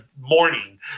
morning